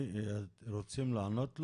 אתם רוצים לענות לו?